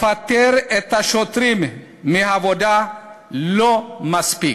לפטר את השוטרים מהעבודה לא מספיק.